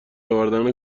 آوردن